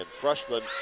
freshman